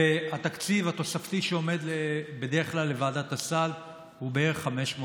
והתקציב התוספתי שעומד בדרך כלל לרשות וועדת הסל הוא בערך 500 מיליון.